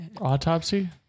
Autopsy